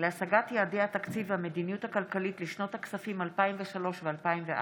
להשגת יעדי התקציב והמדיניות הכלכלית לשנות הכספים 2003 ו-2004)